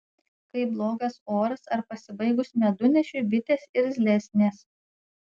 kai blogas oras ar pasibaigus medunešiui bitės irzlesnės